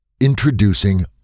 introducing